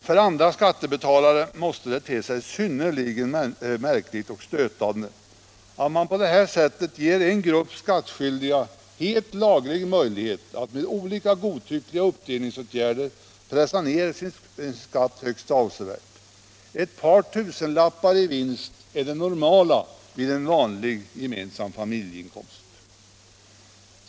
För andra skattebetalare måste det te sig synnerligen märkligt och stötande att man på detta sätt ger en grupp skattskyldiga helt laglig möjlighet att med olika godtyckliga uppdelningsåtgärder pressa ned sin skatt högst avsevärt. Ett par tusenlappar i vinst är det normala vid en vanlig gemensam familjeinkomst.